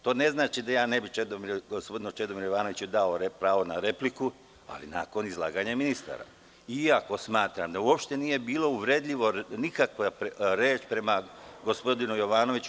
To ne znači da ja ne bih gospodinu Čedomiru Jovanoviću dao pravo na repliku, ali nakon izlaganja ministara, iako smatram da uopšte nije bilo uvredljiva nikakva reč prema gospodinu Jovanoviću.